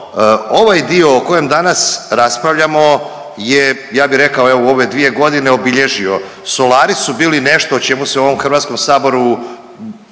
ovaj dio o kojem danas je ja bi rekao evo u ove dvije godine obilježio, solari su bili nešto o čemu se u ovom HS-u govorilo